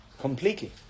completely